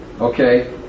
Okay